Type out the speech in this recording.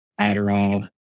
Adderall